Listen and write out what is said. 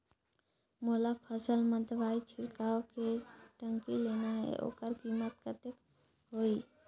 मोला फसल मां दवाई छिड़काव के टंकी लेना हे ओकर कीमत कतेक होही?